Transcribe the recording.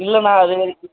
இல்லைண்ணா அது வந்து